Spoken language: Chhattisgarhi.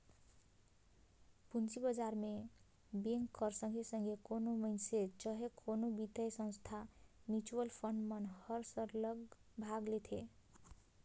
पूंजी बजार में बेंक कर संघे संघे कोनो मइनसे चहे कोनो बित्तीय संस्था, म्युचुअल फंड मन हर सरलग भाग लेथे